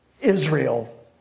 Israel